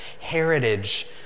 heritage